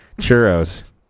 Churros